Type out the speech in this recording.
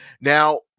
Now